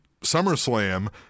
SummerSlam